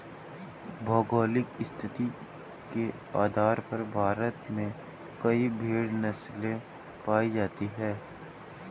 भौगोलिक स्थिति के आधार पर भारत में कई भेड़ नस्लें पाई जाती हैं